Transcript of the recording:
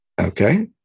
Okay